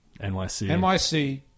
NYC